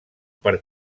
per